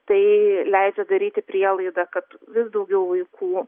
tai leidžia daryti prielaidą kad vis daugiau vaikų